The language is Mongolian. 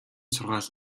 сургаал